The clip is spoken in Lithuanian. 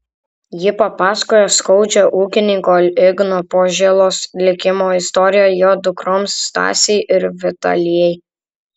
ji papasakojo skaudžią ūkininko igno požėlos likimo istoriją jo dukroms stasei ir vitalijai